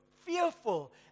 fearful